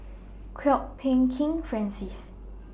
Kwok Peng Kin Francis